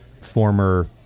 former